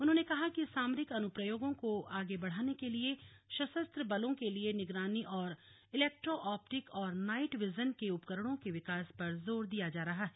उन्होंने कहा कि सामरिक अनुप्रयोगों को आगे बढ़ाने के लिए सशस्त्र बलों के लिए निगरानी और इलेक्ट्रोऑप्टिक और नाइट विजन के उपकरणों के विकास पर जोर दिया जा रहा है